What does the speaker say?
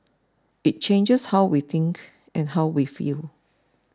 it changes how we think and how we feel